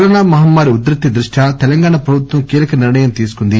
corona మహమ్మారి ఉధృతి దృష్ట్యో తెలంగాణ ప్రభుత్వం కీలక నిర్ణయం తీసుకుంది